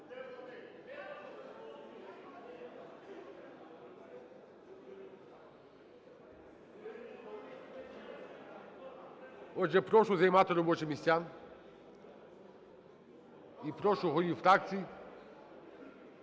Отже, прошу займати робочі місця. І прошу голів фракцій